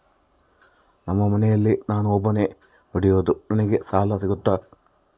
ನಮ್ಮ ಮನೆಯಲ್ಲಿ ನಾನು ಒಬ್ಬನೇ ದುಡಿಯೋದು ನನಗೆ ಸಾಲ ಸಿಗುತ್ತಾ?